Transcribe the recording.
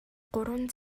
гурван